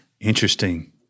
Interesting